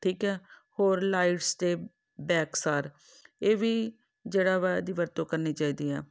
ਠੀਕ ਹੈ ਹੋਰ ਲਾਈਟਸ ਦੇ ਬੈਕਸਾਰ ਇਹ ਵੀ ਜਿਹੜਾ ਵਾ ਇਹਦੀ ਵਰਤੋਂ ਕਰਨੀ ਚਾਹੀਦੀ ਆ